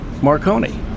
Marconi